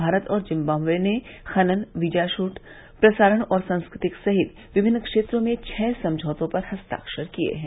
भारत और जिम्बाबे ने खनन वीजा छूट प्रसारण और संस्कृति सहित विभिन्न क्षेत्रों में छह समझौतों पर हस्ताक्षर किए हैं